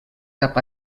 cap